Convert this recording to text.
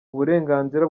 uburenganzira